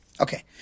Okay